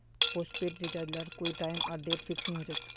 postpaid recharge लार कोए time आर डेट फिक्स नि होछे